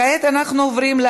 וכעת הצבעה שלישית,